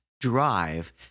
drive